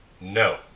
No